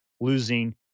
losing